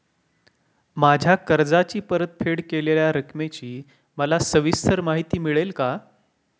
माझ्या कर्जाची परतफेड केलेल्या रकमेची मला सविस्तर माहिती मिळेल का?